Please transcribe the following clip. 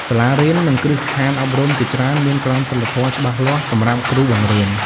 សាលារៀន និងគ្រឹះស្ថានអប់រំជាច្រើនមានក្រមសីលធម៌ច្បាស់លាស់សម្រាប់គ្រូបង្រៀន។